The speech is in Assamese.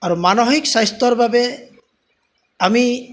আৰু মানসিক স্বাস্থ্যৰ বাবে আমি